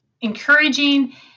encouraging